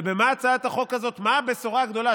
ובהצעת החוק הזאת מה הבשורה גדולה?